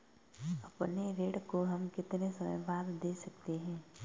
अपने ऋण को हम कितने समय बाद दे सकते हैं?